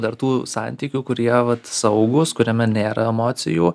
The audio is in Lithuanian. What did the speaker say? dar tų santykių kurie vat saugūs kuriame nėra emocijų